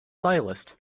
stylist